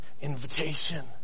invitation